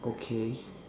okay